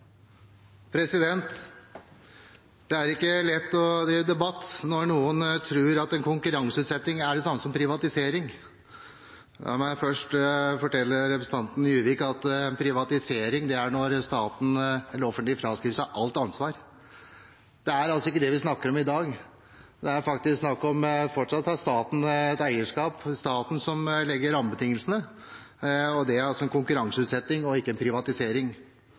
er ikke lett å føre en debatt når noen tror at konkurranseutsetting er det samme som privatisering. La meg først fortelle representanten Juvik at privatisering er når staten eller det offentlige fraskriver seg alt ansvar. Det er ikke det vi snakker om i dag. Det er faktisk snakk om at staten fortsatt har et eierskap, det er staten som legger rammebetingelsene, og dét er konkurranseutsetting og ikke privatisering.